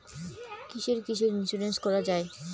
কিসের কিসের ইন্সুরেন্স করা যায়?